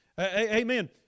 Amen